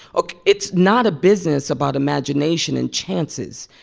ah it's not a business about imagination and chances.